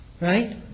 right